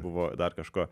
buvo dar kažko